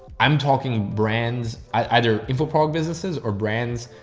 i'm talking brands, either info prog businesses or brands.